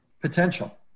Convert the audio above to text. potential